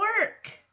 work